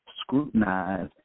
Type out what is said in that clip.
scrutinize